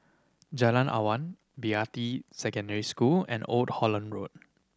Jalan Awang Beatty Secondary School and Old Holland Road